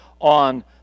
on